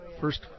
First